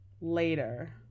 Later